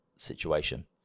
situation